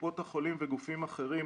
קופות החולים וגופים אחרים,